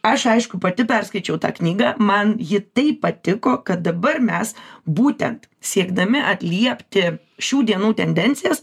aš aišku pati perskaičiau tą knygą man ji taip patiko kad dabar mes būtent siekdami atliepti šių dienų tendencijas